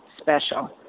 special